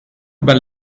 über